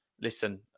listen